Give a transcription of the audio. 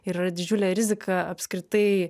yra didžiulė rizika apskritai